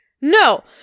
No